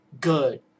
good